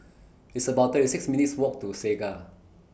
It's about thirty six minutes' Walk to Segar